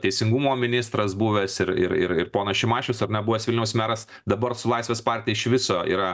teisingumo ministras buvęs ir ir ir ponas šimašius ar ne buvęs vilniaus meras dabar su laisvės partija iš viso yra